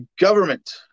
government